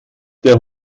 der